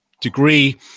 degree